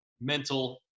mental